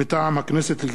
מטעם הכנסת: